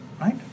right